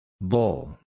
Bull